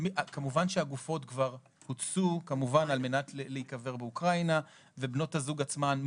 הגופות הוטסו על מנת להיקבר באוקראינה ובנות הזוג עצמן,